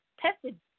tested